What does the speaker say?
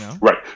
Right